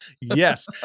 Yes